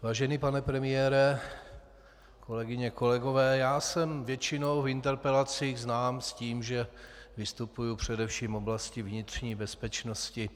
Vážený pane premiére, kolegyně, kolegové, já jsem většinou v interpelacích znám tím, že vystupuji především v oblasti vnitřní bezpečnosti.